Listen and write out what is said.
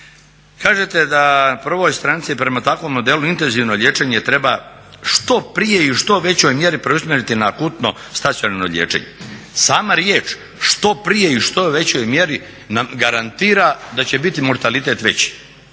Kažete na prvoj stranici da prema takvom intenzivno liječenje treba što prije i u što većoj mjeri preusmjeriti na akutno stacionarno liječenje. Sama riječ što prije i u što većoj mjeri nam garantira da će biti mortalitet veći.